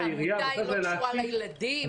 העמותה לא קשורה לילדים?